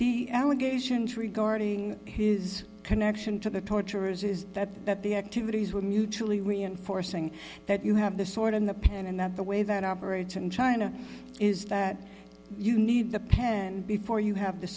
the allegations regarding his connection to the torturers is that that the activities were mutually reinforcing that you have the sword in the pan and that the way that operates in china is that you need the pen before you have the